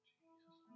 Jesus